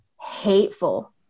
hateful